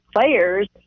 players